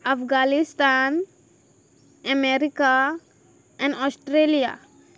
Afghanistan America and Australia